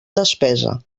despesa